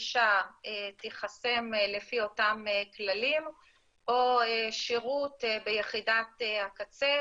גלישה תיחסם לפי אותם כללים או שירות ביחידת הקצה,